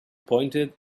pointed